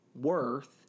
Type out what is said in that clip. worth